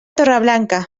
torreblanca